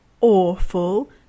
awful